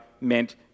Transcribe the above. meant